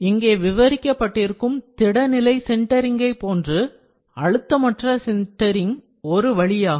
இங்கே விவரிக்கப்பட்டிருக்கும் திட நிலை சின்டெரிங்கை போன்று அழுத்தமற்ற சின்டெரிங் ஒரு வழியாகும்